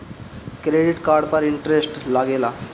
Credit card पर interest लागेला?